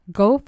go